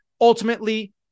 ultimately